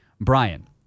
Brian